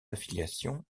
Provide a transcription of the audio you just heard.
affiliation